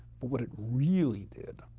but what it really did,